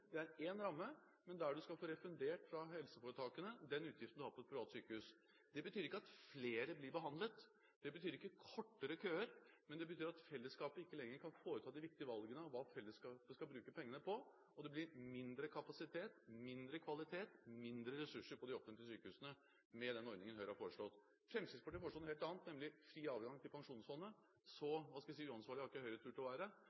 ramme, men der du skal få refundert fra helseforetakene den utgiften du har på et privat sykehus. Det betyr ikke at flere blir behandlet, det betyr ikke kortere køer, men det betyr at fellesskapet ikke lenger kan foreta de viktige valgene om hva fellesskapet skal bruke pengene på. Det blir mindre kapasitet, mindre kvalitet, mindre ressurser på de offentlige sykehusene med den ordningen Høyre har foreslått. Fremskrittspartiet foreslår noe helt annet, nemlig fri adgang til pensjonsfondet. Så – hva skal jeg si – uansvarlig har ikke Høyre turt å være,